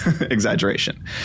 exaggeration